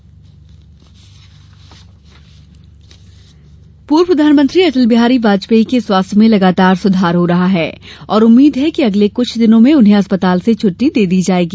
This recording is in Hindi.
अटल स्वास्थ्य पूर्व प्रधानमंत्री अटल बिहारी वाजपेयी के स्वास्थ्य में लगातार सुधार हो रहा है और उम्मीद है कि अगले कुछ दिनों में उन्हें अस्पताल से छट्टी दे दी जाएगी